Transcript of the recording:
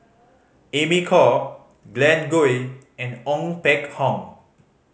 Amy Khor Glen Goei and Ong Peng Hock